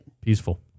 Peaceful